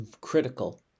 critical